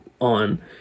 on